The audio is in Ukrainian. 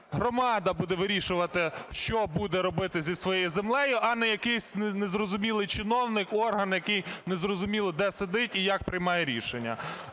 громада буде вирішувати, що буде робити зі своєю землею, а не якийсь незрозумілий чиновник, орган, який незрозуміло де сидить і як приймає рішення.